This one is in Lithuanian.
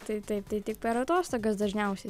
tai taip tai tik per atostogas dažniausiai